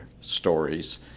stories